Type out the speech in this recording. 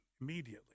immediately